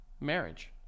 Marriage